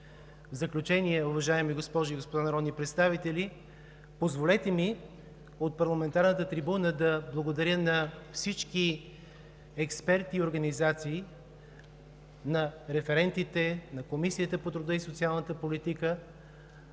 В заключение, уважаеми госпожи и господа народни представители, позволете ми от парламентарната трибуна да благодаря на всички експерти и организации, на референтите, на Комисията по труда и социалната политика,